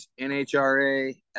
NHRA